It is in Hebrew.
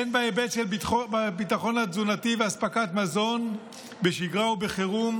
הן בהיבט של הביטחון התזונתי ואספקת מזון בשגרה ובחירום